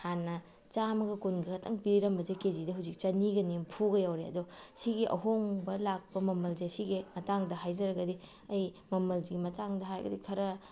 ꯍꯥꯟꯅ ꯆꯥꯝꯃꯒ ꯀꯨꯟꯈꯛꯇꯪ ꯄꯤꯔꯝꯕꯁꯦ ꯀꯦꯖꯤꯗ ꯍꯧꯖꯤꯛ ꯆꯥꯅꯤꯒ ꯅꯤꯐꯨꯒ ꯌꯧꯔꯦ ꯑꯗꯣ ꯁꯤꯒꯤ ꯑꯍꯣꯡꯕ ꯂꯥꯛꯄ ꯃꯃꯜꯁꯦ ꯁꯤꯒꯤ ꯃꯇꯥꯡꯗ ꯍꯥꯏꯖꯔꯒꯗꯤ ꯑꯩ ꯃꯃꯜꯒꯤ ꯃꯇꯥꯡꯗ ꯍꯥꯏꯔꯒꯗꯤ ꯈꯔ